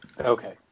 Okay